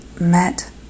met